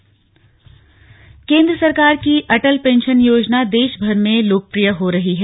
अटल pension योजना केंद्र सरकार की अटल पेंशन योजना देश भर में लोकप्रिय हो रही है